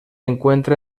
encuentra